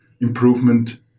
improvement